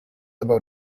about